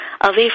away